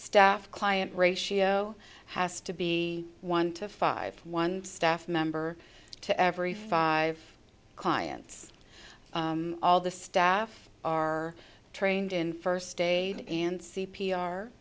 staff client ratio has to be one to five one staff member to every five clients all the staff are trained in first aid and c